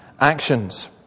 actions